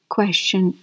Question